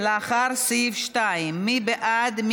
אחרי סעיף 2. מי בעד?